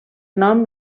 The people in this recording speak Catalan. nom